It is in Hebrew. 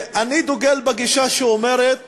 אני דוגל בגישה שאומרת